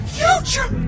future